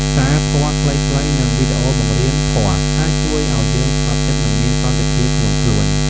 សារធម៌ខ្លីៗ និងវីដេអូបង្រៀនធម៌ អាចជួយឱ្យយើងស្ងប់ចិត្ត និងមានសន្តិភាពក្នុងខ្លួន។